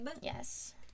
Yes